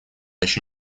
еще